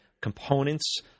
components